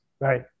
Right